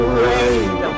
rain